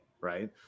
right